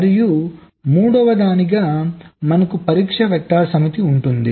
మరియు మూడవదిగా మనకు పరీక్ష వెక్టర్స్ సమితి ఉంటుంది